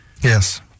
Yes